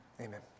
amen